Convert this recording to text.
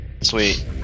Sweet